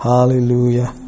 Hallelujah